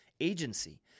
agency